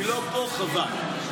היא לא פה, חבל.